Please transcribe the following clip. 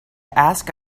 ask